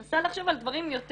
אני מנסה לחשוב על דברים יותר,